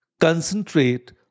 Concentrate